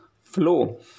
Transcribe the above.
flow